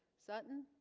sutton